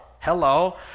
Hello